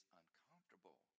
uncomfortable